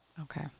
Okay